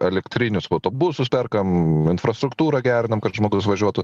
elektrinius autobusus perkam infrastruktūrą gerinam kad žmogus važiuotų